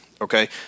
Okay